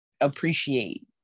appreciate